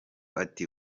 ati